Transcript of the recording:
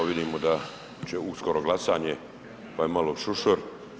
Vidimo da će uskoro glasanje pa je malo šušur.